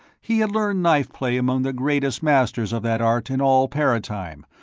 he had learned knife-play among the greatest masters of that art in all paratime,